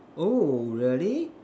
oh really